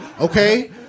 Okay